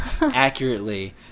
accurately